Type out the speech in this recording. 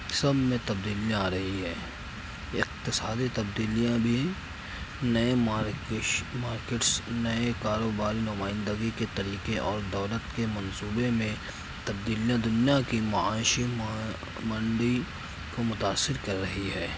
سب میں تبدیلیاں آ رہی ہیں اقتصادی تبدیلیاں بھی نئے مارکیٹس نئے کاروبار نمائندگی کے طریقے اور دولت کے منصوبے میں تبدیلیاں دنیا کے معاشی منڈی کو متأثر کر رہی ہے